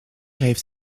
heeft